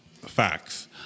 facts